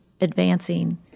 advancing